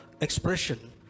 expression